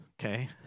okay